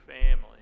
family